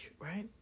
right